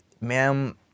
ma'am